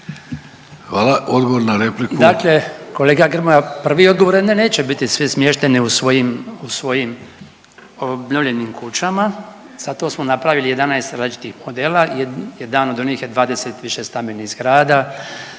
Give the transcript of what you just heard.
**Bačić, Branko (HDZ)** Dakle kolega Grmoja, prvi odgovor je da neće biti svi smješteni u svojim, u svojim obnovljenim kućama, zato smo napravili 11 različitih modela, jedan od onih je 20 višestambenih zgrada,